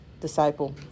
disciple